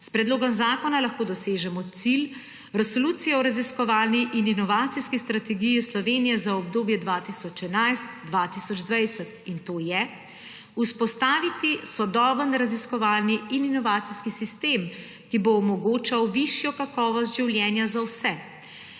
s predlogom zakona lahko dosežemo cilj Resolucije o raziskovalni in inovacijski strategiji Slovenije za obdobje 2011–2020 in to je vzpostaviti sodoben raziskovalni in inovacijski sistem, ki bo omogočal višjo kakovost življenja za vse